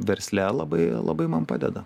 versle labai labai man padeda